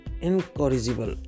incorrigible